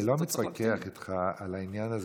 אני לא מתווכח איתך על העניין הזה